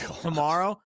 tomorrow